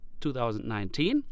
2019